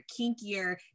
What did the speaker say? kinkier